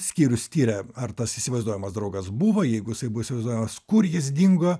skyrius tiria ar tas įsivaizduojamas draugas buvo jeigu jisai buvo įsivaizduojamas kur jis dingo